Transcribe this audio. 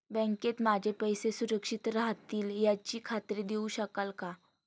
बँकेत माझे पैसे सुरक्षित राहतील याची खात्री देऊ शकाल का?